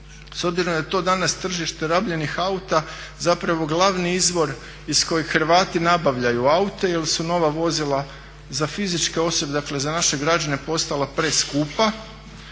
da je to danas tržište rabljenih auta zapravo glavni izvor iz kojeg Hrvati nabavljaju aute jer su nova vozila za fizičke osobe, dakle za naše građane postala preskupa